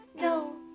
no